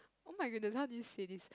oh-my-goodness how do you say this